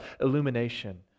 illumination